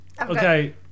Okay